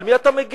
על מי אתה מגן.